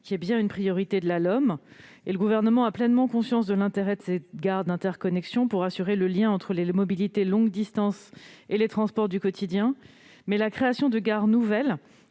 qui constitue bien une priorité de la LOM. Le Gouvernement a pleinement conscience de l'intérêt que présentent ces gares d'interconnexion pour faire le lien entre le transport de longue distance et les transports du quotidien. Mais la création de nouvelles